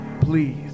please